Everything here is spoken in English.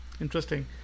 Interesting